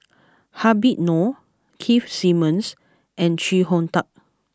Habib Noh Keith Simmons and Chee Hong Tat